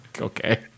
Okay